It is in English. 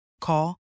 Call